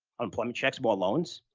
unemployment checks, more loans.